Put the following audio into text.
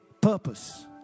purpose